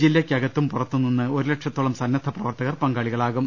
ജില്ലയ്ക്കകത്തും പുറത്തും നിന്ന് ഒരുലക്ഷത്തോളം സന്നദ്ധ പ്രവർത്ത കർ പങ്കാളികളാകും